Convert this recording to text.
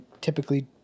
typically